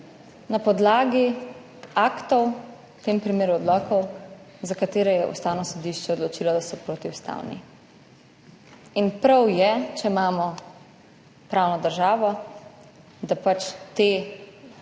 na podlagi aktov, v tem primeru odlokov, za katere je Ustavno sodišče odločilo, da so protiustavni. Prav je, če imamo pravno državo, da te